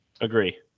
Agree